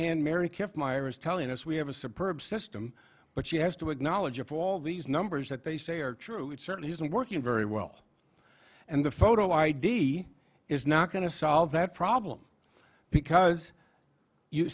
hand mary kept myers telling us we have a superb system but she has to acknowledge of all these numbers that they say are true it certainly isn't working very well and the photo id is not going to solve that problem because you